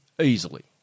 Easily